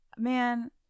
Man